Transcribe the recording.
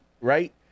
right